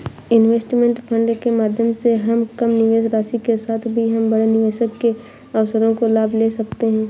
investment fund के माध्यम से हम कम निवेश राशि के साथ भी हम बड़े निवेश के अवसरों का लाभ ले सकते हैं